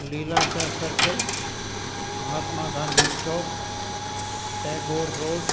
Lilashah circle Mahatma Gandhi Chowk Tagore road